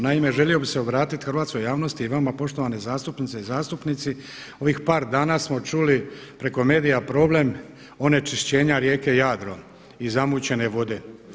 Naime, želio bih se obratiti hrvatskoj javnosti i vama poštovani zastupnice i zastupnici, ovih par dana smo čuli preko medija problem onečišćenja rijeke Jadro i zamućene vode.